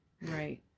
Right